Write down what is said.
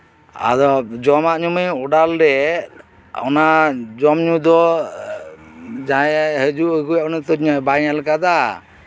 ᱟᱫᱚ ᱡᱚᱢᱟ ᱧᱩᱣᱟᱜ ᱢᱟᱹᱧ ᱚᱰᱟᱨ ᱞᱮᱫ ᱚᱱᱟ ᱡᱚᱢ ᱧᱩ ᱫᱚ ᱡᱟᱦᱟᱸᱭᱮ ᱦᱤᱡᱩᱜ ᱟᱹᱜᱩᱭᱟ ᱩᱱᱤ ᱫᱚ ᱵᱟᱭ ᱧᱮᱞ ᱟᱠᱟᱫᱟ